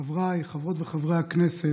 חבריי חברות וחברי הכנסת,